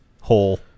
hole